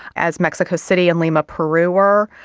as mexico city and lima peru were.